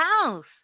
house